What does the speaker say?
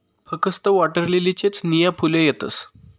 फकस्त वॉटरलीलीलेच नीया फुले येतस